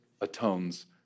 atones